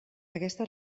aquesta